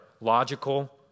logical